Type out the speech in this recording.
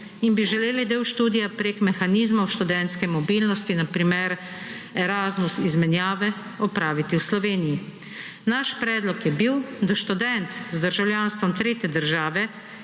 in bi želeli del študija preko mehanizmov študentske mobilnosti, na primer Erasmus izmenjave opraviti v Sloveniji. Naš predlog je bil, da študent z državljanstvom tretje države,